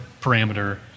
parameter